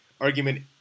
argument